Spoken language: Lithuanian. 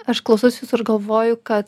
aš klausausi jūsų ir galvoju kad